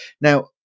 Now